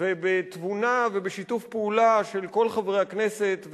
בתבונה ובשיתוף פעולה של כל חברי הכנסת,